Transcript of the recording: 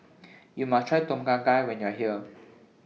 YOU must Try Tom Kha Gai when YOU Are here